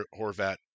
Horvat